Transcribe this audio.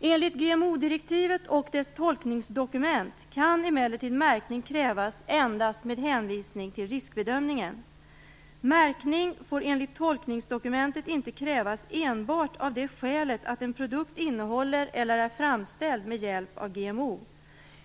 Enligt GMO-direktivet och dess tolkningsdokument kan emellertid märkning krävas endast med hänvisning till riskbedömningen. Märkning får enligt tolkningsdokumentet inte krävas enbart av det skälet att en produkt innehåller eller är framställd med hjälp av GMO.